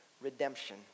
Redemption